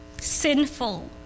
Sinful